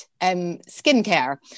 skincare